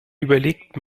überlegt